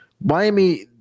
Miami